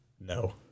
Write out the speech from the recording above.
no